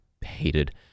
hated